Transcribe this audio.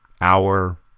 hour